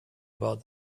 about